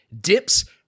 dips